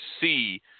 see